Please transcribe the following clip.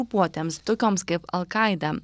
grupuotėms tokioms kaip alkaida